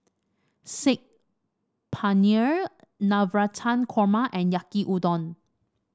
Saag Paneer Navratan Korma and Yaki Udon